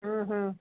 ਹੂੰ ਹੂੰ